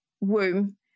womb